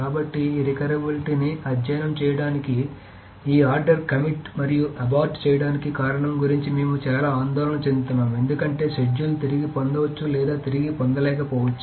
కాబట్టి ఈ రికవరబిలిటీని అధ్యయనం చేయడానికి ఈ ఆర్డర్కి కమిట్ మరియు అబార్ట్ చేయడానికి కారణం గురించి మేము చాలా ఆందోళన చెందుతున్నాము ఎందుకంటే షెడ్యూల్ తిరిగి పొందవచ్చు లేదా తిరిగి పొందలేకపోవచ్చు